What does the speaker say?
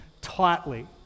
tightly